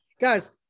guys